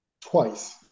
twice